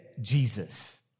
Jesus